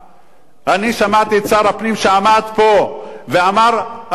אני שמעתי את שר הפנים שעמד פה ואמר: הבעיה לא אצלי,